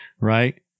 right